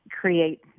create